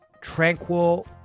tranquil